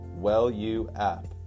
WellUApp